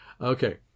Okay